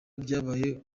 byabaye